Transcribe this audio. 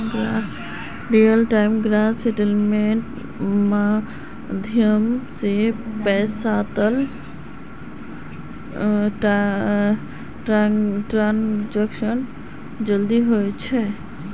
real time gross सेटलमेंटेर माध्यम स पैसातर ट्रांसैक्शन जल्दी ह छेक